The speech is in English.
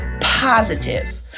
positive